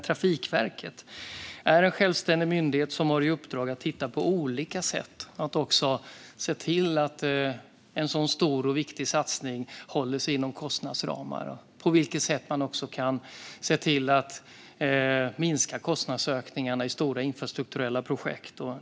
Trafikverket är dock en självständig myndighet som har i uppdrag att titta på olika sätt att få en sådan stor och viktig satsning att hålla sig inom kostnadsramarna och även hur man kan minska kostnadsökningarna i stora infrastrukturella projekt.